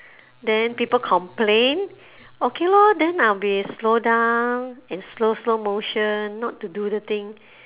then people complain okay lor then I'll be slow down in slow slow motion not to do the thing